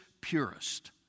purest